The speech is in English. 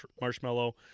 marshmallow